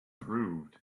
proved